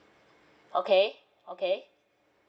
okay okay